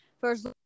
first